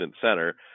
center